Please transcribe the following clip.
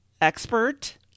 expert